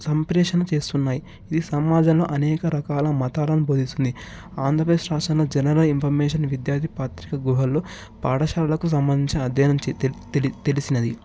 suppression చేస్తున్నాయి ఈ సమాజంలో అనేక రకాల మతాలను బోధిస్తున్నాయి ఆంధ్రప్రదేశ్ రాష్ట్రంలో జనన ఇన్ఫర్మేషన్ విద్యార్ది పత్రిక గుహల్లో పాఠశాలకు సంబంధించి అధ్యయనం తెలిసినది